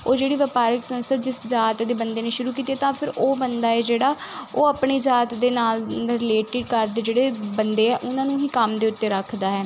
ਉਹ ਜਿਹੜੀ ਵਪਾਰਕ ਸੰਸਥਾ ਜਿਸ ਜਾਤ ਦੇ ਬੰਦੇ ਨੇ ਸ਼ੁਰੂ ਕੀਤੀ ਹੈ ਤਾਂ ਫਿਰ ਉਹ ਬੰਦਾ ਹੈ ਜਿਹੜਾ ਉਹ ਆਪਣੀ ਜਾਤ ਦੇ ਨਾਲ ਰਿਲੇਟਡ ਕਰਦੇ ਜਿਹੜੇ ਬੰਦੇ ਆ ਉਹਨਾਂ ਨੂੰ ਹੀ ਕੰਮ ਦੇ ਉੱਤੇ ਰੱਖਦਾ ਹੈ